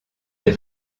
des